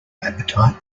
appetite